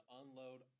unload